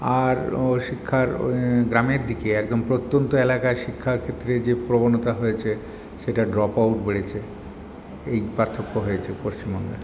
আর শিক্ষার গ্রামের দিকে একদম প্রত্যন্ত এলাকায় শিক্ষাক্ষেত্রে যে প্রবণতা হয়েছে সেটা ড্রপ আউট বেড়েছে এই পার্থক্য হয়েছে পশ্চিমবাংলায়